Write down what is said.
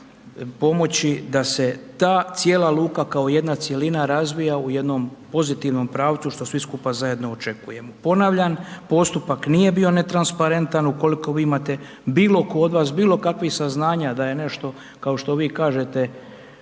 da se ta cijela luka kao jedna cjelina razvija u jednom pozitivnom pravcu, što svi skupa zajedno očekujemo. Ponavljam, postupak nije bio netransparentan, ukoliko vi imate, bilo tko od vas, bilo kakvih saznanja, da je nešto kao što vi kažete